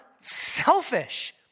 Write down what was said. selfish